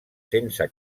sense